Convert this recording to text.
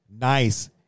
nice